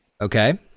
Okay